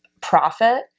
profit